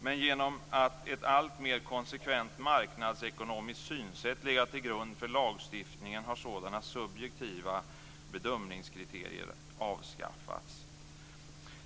Men genom att ett alltmer konsekvent marknadsekonomiskt synsätt legat till grund för lagstiftningen har sådana subjektiva bedömningskriterier avskaffats.